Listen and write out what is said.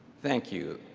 thank you.